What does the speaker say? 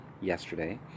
yesterday